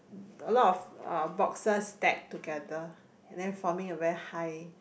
a lot of a boxes that together than for me wear high